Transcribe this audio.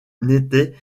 n’était